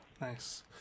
nice